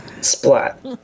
Splat